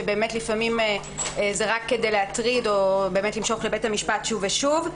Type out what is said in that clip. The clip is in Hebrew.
שבאמת לפעמים זה רק כדי להטריד או למשוך לבית המשפט שוב ושוב.